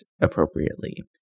appropriately